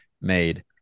made